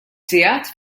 sigħat